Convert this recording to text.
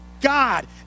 God